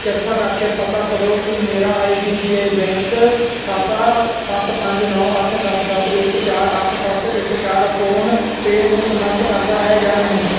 ਕਿਰਪਾ ਕਰਕੇ ਪਤਾ ਕਰੋ ਕਿ ਮੇਰਾ I D B I bank ਖਾਤਾ ਸੱਤ ਪੰਜ ਨੌ ਅੱਠ ਸੱਤ ਸੱਤ ਇੱਕ ਚਾਰ ਅੱਠ ਸੱਤ ਇੱਕ ਚਾਰ ਫੋਨਪੇ ਨੂੰ ਸਮਰੱਥ ਕਰਦਾ ਹੈ ਜਾਂ ਨਹੀਂ